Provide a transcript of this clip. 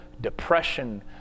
depression